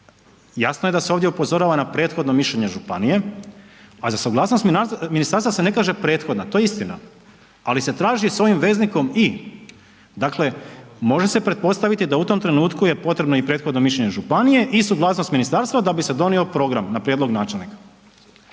jasno je da se ovdje upozorava na prethodno mišljenje županije, a za suglasnost ministarstva se ne kaže prethodna, to je istina, ali se traži s ovim veznikom i. Dakle može se pretpostaviti da u tom trenutku je potrebno i prethodno mišljenje županije i suglasnost ministarstva da bi se donio program na prijedlog načelnika.